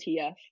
TF